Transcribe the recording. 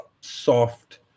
soft